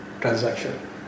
transaction